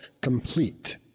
complete